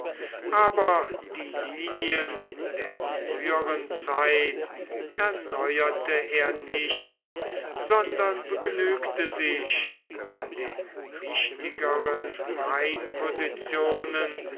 aber die linien der früheren zeit erneuerte er nicht sondern begnügte sich an den wichtigeren